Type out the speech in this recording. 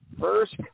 First